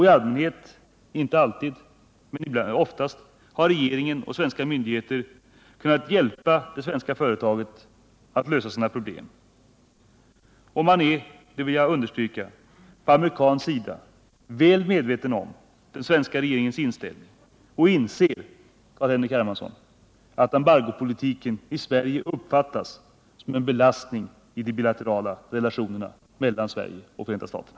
I allmänhet — inte alltid, men oftast — har regeringen och svenska myndigheter kunnat hjälpa det svenska företaget att lösa problemen. Man är, det vill jag understryka, på amerikansk sida väl medveten om den svenska regeringens inställning och inser, Carl-Henrik Hermansson, att embargopolitiken i Sverige uppfattas som en belastning i de bilaterala relationerna mellan Sverige och Förenta staterna.